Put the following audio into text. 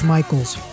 Michael's